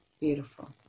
Beautiful